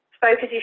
focus